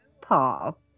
Paul